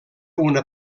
una